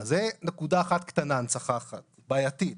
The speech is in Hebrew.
אז זו נקודה אחת קטנה, הנצחה אחת בעייתית.